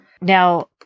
Now